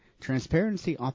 transparency